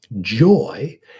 joy